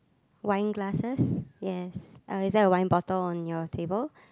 wine glasses yes uh is there a wine bottle on your table